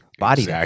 Body